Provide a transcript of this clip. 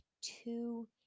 two